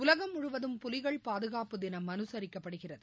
உலகம் முழுவதும் புலிகள் பாதுகாப்புதினம் இன்றுகடைபிடிக்கப்படுகிறது